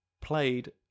played